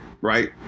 right